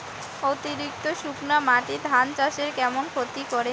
অতিরিক্ত শুকনা মাটি ধান চাষের কেমন ক্ষতি করে?